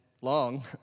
long